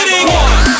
One